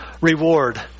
reward